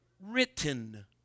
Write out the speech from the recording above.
written